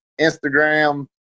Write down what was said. Instagram